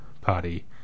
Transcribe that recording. party